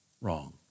wrong